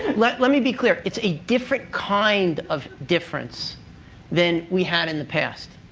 let let me be clear. it's a different kind of difference than we had in the past.